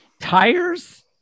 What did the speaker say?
tires